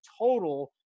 total